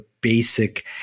basic